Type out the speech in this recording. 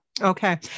Okay